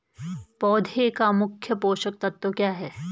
पौधें का मुख्य पोषक तत्व क्या है?